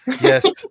Yes